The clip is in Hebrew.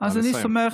נא לסיים.